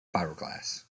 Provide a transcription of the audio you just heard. fibreglass